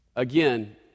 Again